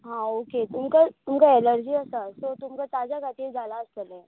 हां ओके तुमकां तुमकां एलर्जी आसा सो तुमकां ताज्या खातीर जालां आसतलें